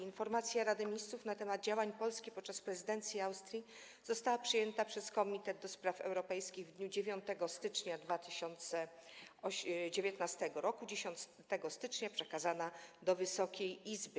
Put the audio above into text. Informacja Rady Ministrów na temat działań Polski podczas prezydencji Austrii została przyjęta przez Komitet do Spraw Europejskich w dniu 9 stycznia 2019 r., a 10 stycznia przekazana do Wysokiej Izby.